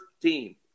team